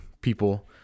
people